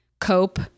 cope